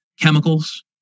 chemicals